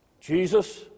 Jesus